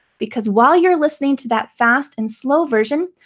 because while you're listening to that fast and slow version,